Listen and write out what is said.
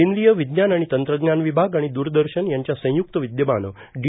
केंद्रीय विज्ञान आणि तंत्रज्ञान विभाग आणि दूरदर्शन यांच्या संयुक्त विद्यमानं डी